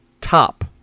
top